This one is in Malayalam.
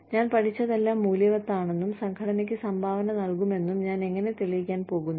ഞാൻ പഠിച്ചതെല്ലാം മൂല്യവത്താണെന്നും സംഘടനയ്ക്ക് സംഭാവന നൽകുമെന്നും ഞാൻ എങ്ങനെ തെളിയിക്കാൻ പോകുന്നു